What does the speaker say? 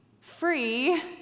free